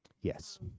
Yes